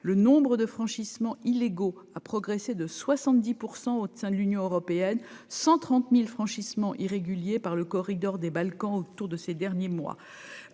le nombre de franchissements illégaux, a progressé de 70 % au sein de l'Union européenne 130000 franchissement irrégulier par le corridor des Balkans autour de ces derniers mois,